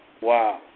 wow